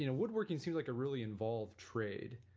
you know woodworking seem like a really involved trade,